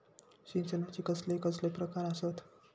सिंचनाचे कसले कसले प्रकार आसत?